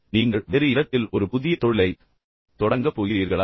அல்லது நீங்கள் வேறு இடத்தில் ஒரு புதிய தொழிலைத் தொடங்கப் போகிறீர்களா